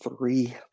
three